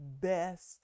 best